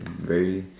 very